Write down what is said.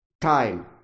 time